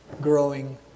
growing